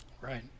right